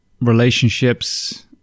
relationships